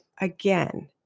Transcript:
again